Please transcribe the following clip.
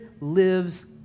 lives